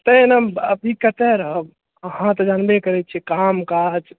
तऽ एनामऽ अभी कतय रहब अहाँ त जानबे करैत छी काम काज